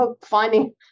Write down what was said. finding